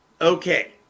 Okay